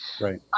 Right